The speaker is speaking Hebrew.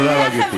תודה רבה, גברתי.